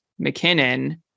McKinnon